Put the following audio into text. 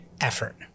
effort